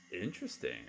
Interesting